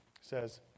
says